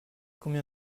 combien